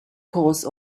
cause